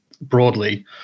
broadly